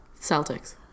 Celtics